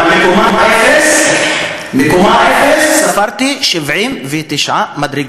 אבל מקומה 0 ספרתי 79 מדרגות.